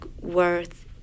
worth